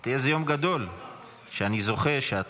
מידע רפואי (תיקון, הוספת גופים ציבוריים),